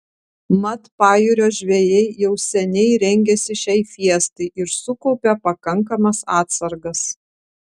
mat pajūrio žvejai jau seniai rengėsi šiai fiestai ir sukaupė pakankamas atsargas